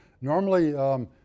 Normally